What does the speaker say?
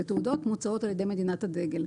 ותעודות מוצאות על ידי מדינת הדגל.